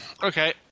Okay